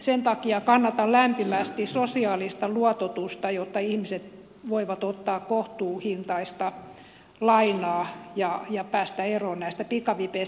sen takia kannatan lämpimästi sosiaalista luototusta jotta ihmiset voivat ottaa kohtuuhintaista lainaa ja päästä eroon näistä pikavipeistä